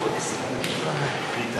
בבקשה.